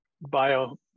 bio